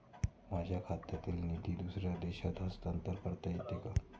माझ्या खात्यातील निधी दुसऱ्या देशात हस्तांतर करता येते का?